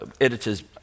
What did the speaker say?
editors